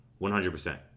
100%